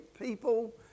people